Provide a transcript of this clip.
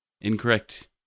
incorrect